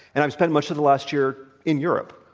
and i've spent much of the last year in europe.